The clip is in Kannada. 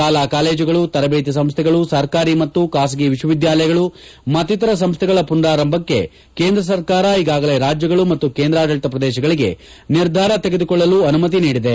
ಶಾಲಾ ಕಾಲೇಜುಗಳು ತರಬೇತಿ ಸಂಸ್ಥೆಗಳು ಸರ್ಕಾರಿ ಮತ್ತು ಖಾಸಗಿ ವಿಶ್ವವಿದ್ಯಾಲಯಗಳು ಮತ್ತಿತರ ಸಂಸ್ಥೆಗಳ ಪುನಾರಂಭಕ್ಕೆ ಕೇಂದ್ರ ಸರ್ಕಾರ ಈಗಾಗಲೇ ರಾಜ್ಯಗಳು ಮತ್ತು ಕೇಂದ್ರಾಡಳಿತ ಪ್ರದೇಶಗಳಿಗೆ ನಿರ್ಧಾರ ತೆಗೆದುಕೊಳ್ಳಲು ಅನುಮತಿ ನೀಡಿದೆ